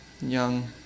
young